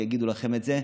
ויגידו לכם את זה.